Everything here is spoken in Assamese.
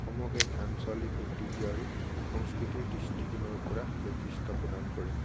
অসমক এক আঞ্চলিক ঐতিহ্য আৰু সংস্কৃতিৰ দৃষ্টিকোণৰ পৰা বৈশিষ্ট্য প্ৰদান কৰে